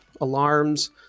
alarms